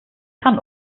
kann